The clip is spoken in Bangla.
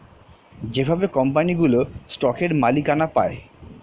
যেভাবে কোম্পানিগুলো স্টকের মালিকানা পায়